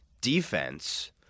defense